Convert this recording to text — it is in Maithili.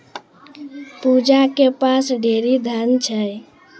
पूजा के पास ढेरी धन छै